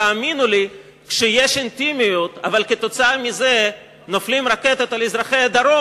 תאמינו לי שאם יש אינטימיות אבל בגלל זה נופלות רקטות על אזרחי הדרום,